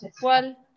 ¿Cuál